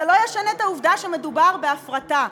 זה לא ישנה את העובדה שמדובר בהפרטה,